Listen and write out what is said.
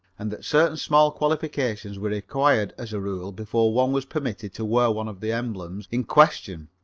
and that certain small qualifications were required, as a rule, before one was permitted to wear one of the emblems in question